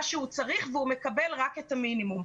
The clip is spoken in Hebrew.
שהוא צריך והוא מקבל רק את המינימום.